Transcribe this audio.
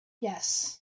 Yes